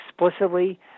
explicitly